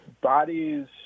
bodies